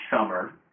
summer